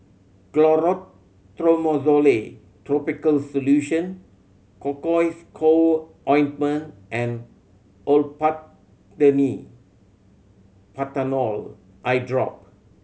Clotrimozole Topical Solution Cocois Co Ointment and Olopatadine Patanol Eyedrop